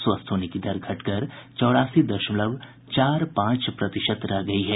स्वस्थ होने की दर घटकर चौरासी दशमलव चार पांच प्रतिशत रह गयी है